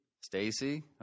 Stacy